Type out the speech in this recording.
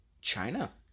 china